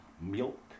Milk